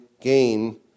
gain